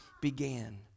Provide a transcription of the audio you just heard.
began